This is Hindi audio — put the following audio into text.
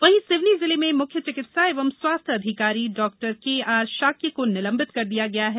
वहीं सिवनी जिले में मुख्य चिकित्सा एवं स्वास्थ्य अधिकारी डॉ के आर शाक्य को निलंबित कर दिया गया है